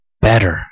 better